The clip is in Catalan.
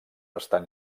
estan